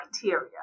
criteria